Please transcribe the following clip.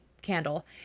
candle